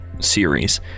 series